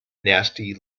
nasty